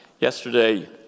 Yesterday